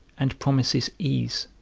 and promises ease